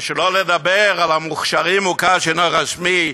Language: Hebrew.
ושלא לדבר על המוכש"רים, מוכר שאינו רשמי: